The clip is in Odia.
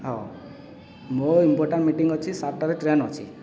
ହଉ ମୋ ଇମ୍ପୋର୍ଟାଣ୍ଟ ମିଟିଂ ଅଛି ସାତଟାରେ ଟ୍ରେନ୍ ଅଛି